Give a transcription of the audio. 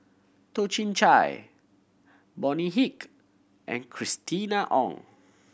Toh Chin Chye Bonny Hick and Christina Ong